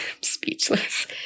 speechless